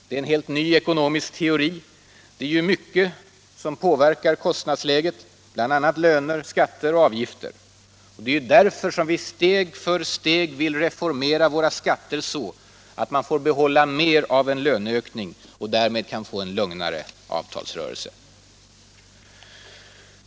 Det är en helt ny ekonomisk teori. Det är mycket som påverkar kostnadsläget, bl.a. löner, skatter och avgifter. Det är därför som vi steg för steg vill reformera vårt skattesystem så att mer av en löneökning får behållas och vi därmed kan få en lugnare avtalsrörelse.